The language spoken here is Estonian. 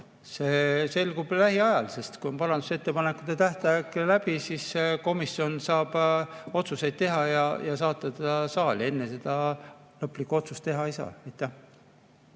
selgub lähiajal, sest kui parandusettepanekute tähtaeg on läbi, siis komisjon saab otsuseid teha ja saata ta saali. Enne lõplikku otsust teha ei saa.